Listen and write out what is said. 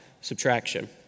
subtraction